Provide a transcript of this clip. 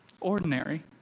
ordinary